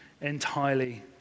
entirely